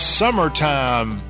summertime